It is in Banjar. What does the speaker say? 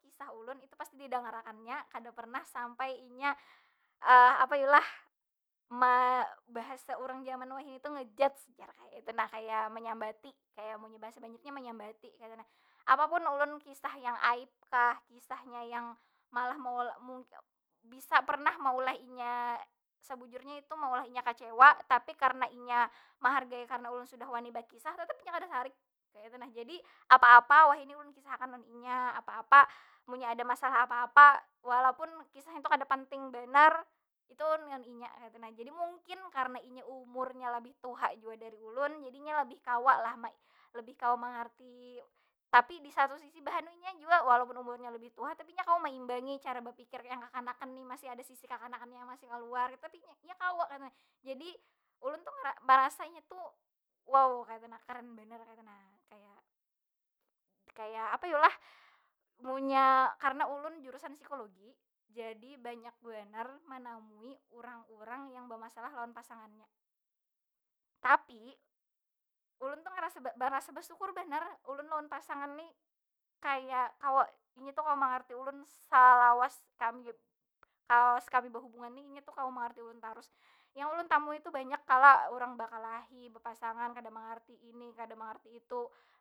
Kisahulun itu pasti didangar akannya, kada pernah sampai inya apa yu lah? bahasa urang wahini tu ngejudge jar kaya aitu nah, kaya menyambati. Kaya munnya bahasa banjarnya menyambati kaytu nah. Apapun ulun kisah yang aib kah, kisahnya yang malah bisa pernah maulah inya sebujurnya itu maulah inya kacewa, tapi karana inya mahargai karana ulun sudah wani bakisah, tetep inya kada sarik, kaytu nah. Jadi apa- apa wahini ulun kisah akan lawan inya, apa- apa munnya ada masalah apa- apa. Walaupun kisahnya tu kada penting banar, itu ulun lawan inya kaytu nah. Jadi mungkin karena inya umurnya labih tuha jua dari ulun jadinya labih kawa lah labih kawa mangarti. Tapi di satu sisi mbah anu inya jua, walaupun umurnya labih tuha tapi inya kawa maimbangi cara bapikir yang kakanakan ni masih ada sisi kakanakannya yang masih kaluar, tapi inya kawa kaytu nah. Jadi ulun tu marasa inya tu waw kaytu nah, keren banar kaytu nah. Kaya, kaya apa yu lah? Munnya karena ulun jurusan psikologi jadi banyak banar manamui urang- urang yang bamasalah lawan pasangannya. Tapi ulun tu marasa basukur banar ulun lawan pasangan nih kaya kawa, inya tu kawa mangarti ulun salawas kami, salawas kami bahubungan ni inya tu kawa mangarti ulun tarus. Yang ulun tamui tu banyak kalo urang bakalahi, bapasangan kada mangarti ini, kada mangarti itu.